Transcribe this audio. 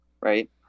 right